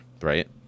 right